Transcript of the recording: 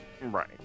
Right